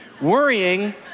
Worrying